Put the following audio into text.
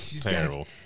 terrible